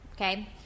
Okay